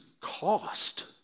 cost